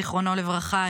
זיכרונו לברכה,